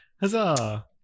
Huzzah